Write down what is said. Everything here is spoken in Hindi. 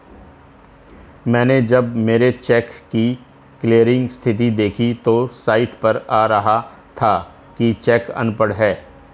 मैनें जब मेरे चेक की क्लियरिंग स्थिति देखी तो साइट पर आ रहा था कि चेक अनपढ़ है